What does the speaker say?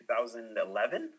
2011